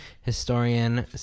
historian